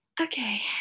Okay